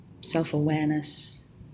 self-awareness